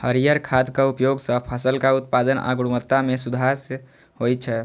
हरियर खादक उपयोग सं फसलक उत्पादन आ गुणवत्ता मे सुधार होइ छै